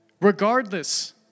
Regardless